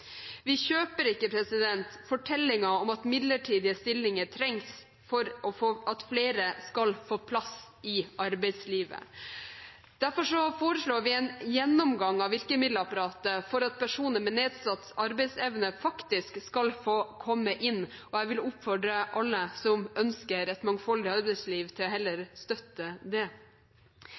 Vi kjøper ikke fortellingen om at midlertidige stillinger trengs for at flere skal få plass i arbeidslivet. Derfor foreslår vi en gjennomgang av virkemiddelapparatet for at personer med nedsatt arbeidsevne faktisk skal få komme inn, og jeg vil oppfordre alle som ønsker et mangfoldig arbeidsliv, til heller å støtte det.